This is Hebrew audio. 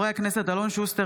הכנסת עופר כסיף,